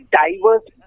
diverse